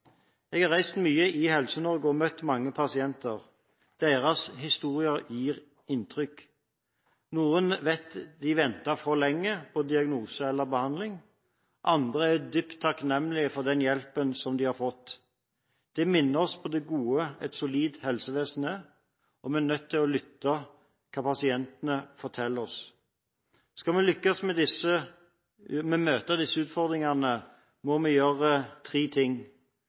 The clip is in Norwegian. Jeg har reist mye i Helse-Norge og møtt mange pasienter. Deres historier gjør inntrykk. Noen vet de ventet for lenge på diagnose eller behandling. Andre er dypt takknemlige for den hjelpen de har fått. Det minner oss på det godet et solid helsevesen er. Vi er nødt til å lytte til hva pasientene forteller oss. Skal vi lykkes med å møte disse utfordringene, må vi gjøre tre ting: